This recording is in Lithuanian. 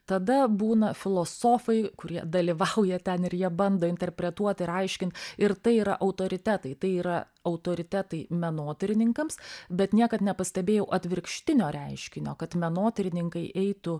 tada būna filosofai kurie dalyvauja ten ir jie bando interpretuot ir aiškint ir tai yra autoritetai tai yra autoritetai menotyrininkams bet niekad nepastebėjau atvirkštinio reiškinio kad menotyrininkai eitų